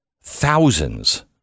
thousands